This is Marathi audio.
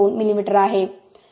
2 मिमी आहे